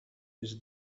his